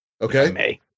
Okay